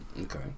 okay